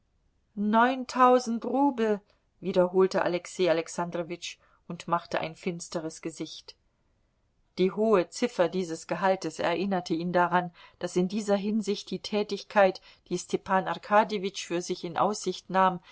neuntausend rubel wiederholte alexei alexandrowitsch und machte ein finsteres gesicht die hohe ziffer dieses gehaltes erinnerte ihn daran daß in dieser hinsicht die tätigkeit die stepan arkadjewitsch für sich in aussicht nahm